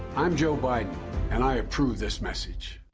i'm joe biden and i approve this message.